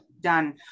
done